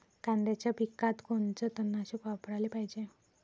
कांद्याच्या पिकात कोनचं तननाशक वापराले पायजे?